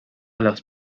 las